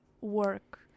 work